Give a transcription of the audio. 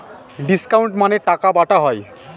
discount মানে টাকা বাটা হয়